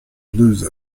lose